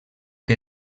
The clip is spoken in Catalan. que